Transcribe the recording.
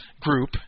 Group